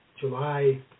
July